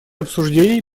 обсуждений